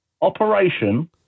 operation